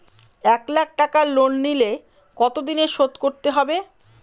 এক লাখ টাকা লোন নিলে কতদিনে শোধ করতে হবে?